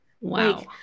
wow